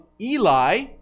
Eli